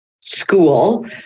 school